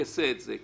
הוא יעשה את זה.